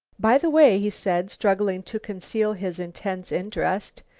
by the way, he said, struggling to conceal his intense interest,